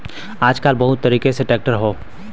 आजकल बहुत तरीके क ट्रैक्टर हौ